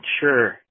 sure